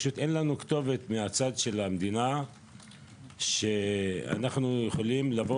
אין לנו כתובת מהצד של המדינה שאנחנו יכולים לבוא